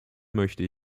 möchte